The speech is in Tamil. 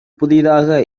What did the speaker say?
புதிதாக